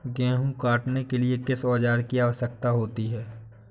गेहूँ काटने के लिए किस औजार की आवश्यकता होती है?